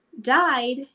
died